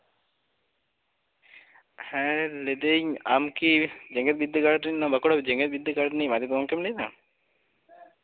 ᱦᱮᱸ ᱞᱟᱹᱭ ᱫᱟᱹᱧ ᱟᱢᱠᱤ ᱡᱮᱜᱮᱛ ᱵᱤᱨᱫᱟᱹᱜᱟᱲ ᱨᱤᱱᱤᱪ ᱵᱟᱸᱠᱩᱲᱟ ᱡᱮᱜᱮᱛ ᱵᱤᱫᱽᱫᱟᱹᱜᱟᱲ ᱨᱤᱱᱤᱪ ᱢᱟᱪᱮᱫ ᱜᱚᱢᱠᱮᱢ ᱞᱟᱹᱭᱫᱟ